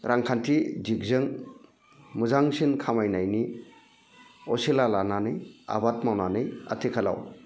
रांखान्थि दिगजों मोजांसिन खामायनायनि असिला लानानै आबाद मावनानै आथिखालाव